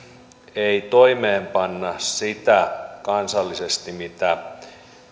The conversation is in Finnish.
ei toimeenpanna kansallisesti sitä mitä